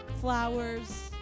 flowers